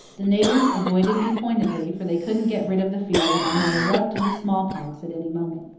the neighbours avoided me pointedly, for they couldn't get rid of the fear that i might erupt into smallpox at any moment.